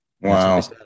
Wow